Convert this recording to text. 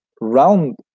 round